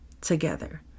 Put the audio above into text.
together